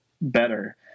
better